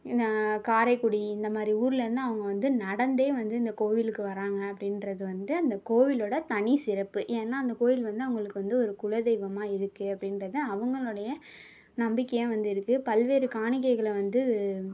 காரைக்குடி இந்தமாதிரி ஊருலேந்து அவங்க வந்து நடந்தே வந்து இந்த கோவிலுக்கு வராங்க அப்படின்றது வந்து அந்த கோவிலோடய தனி சிறப்பு ஏன்னா அந்த கோவில் வந்து அவங்களுக்கு வந்து ஒரு குலதெய்வமாக இருக்குது அப்படின்றது அவங்களோடய நம்பிக்கையாக வந்து இருக்குது பல்வேறு காணிக்கைகளை வந்து